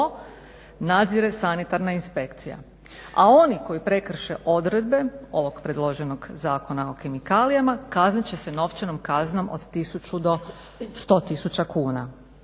nadzire Sanitarna inspekcija. A oni koji prekrše odredbe ovog predloženog Zakona o kemikalijama kaznit će se novčanom kaznom od 1000 do 100000 kuna.